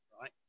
right